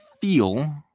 feel